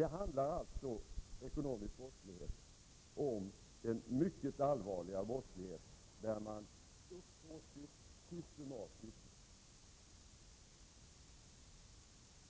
Den ekonomiska brottslighet som det handlar om är alltså den mycket allvarliga brottslighet där man uppsåtligen och systematiskt